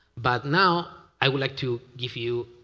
but now, i would like to give you